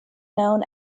known